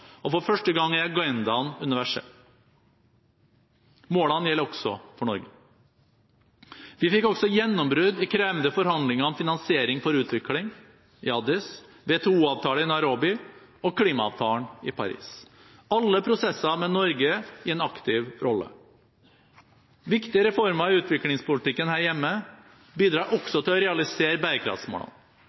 og for første gang er agendaen universell. Målene gjelder også for Norge. Vi fikk også gjennombrudd i krevende forhandlinger om finansiering for utvikling i Addis Abeba, om WTO-avtale i Nairobi, og om klimaavtalen i Paris – alle prosessene med Norge i en aktiv rolle. Viktige reformer i utviklingspolitikken her hjemme bidrar også til å realisere bærekraftsmålene.